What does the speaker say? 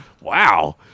Wow